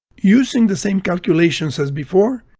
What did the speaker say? using the same calculations as before,